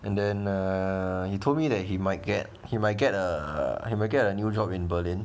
and then uh he told me that he might get he might get a he might get a new job in berlin